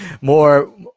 more